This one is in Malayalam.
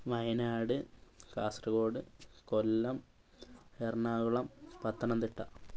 വയനാട് കാസര്ഗോഡ് കൊല്ലം എറണാകുളം പത്തനംതിട്ട